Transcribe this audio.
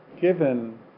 given